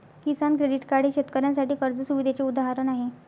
किसान credit card हे शेतकऱ्यांसाठी कर्ज सुविधेचे उदाहरण आहे